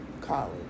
college